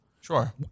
Sure